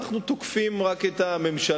אנחנו תוקפים רק את הממשלה,